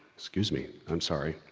excuse me, i'm sorry.